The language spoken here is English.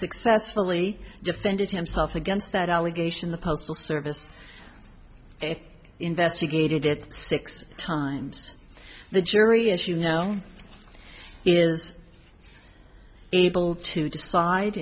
successfully defended himself against that allegation the postal service it investigated it six times the jury as you know is able to decide